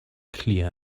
clear